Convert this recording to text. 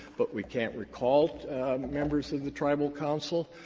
but we can't recall members of the tribal council.